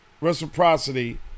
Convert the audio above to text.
reciprocity